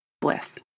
bliss